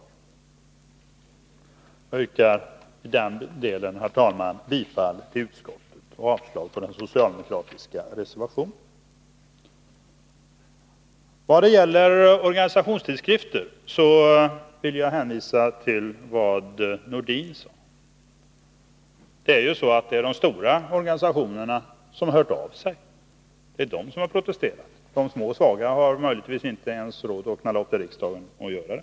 Jag yrkar, herr talman, i den delen bifall till utskottets hemställan och avslag på den socialdemokratiska reservationen. Vad gäller organisationstidskrifter vill jag hänvisa till vad Sven-Erik Nordin sade. Det är de stora organisationerna som har hört av sig, det är de som har protesterat. De små och svaga har möjligen inte råd ens att knalla upp till riksdagen och göra det.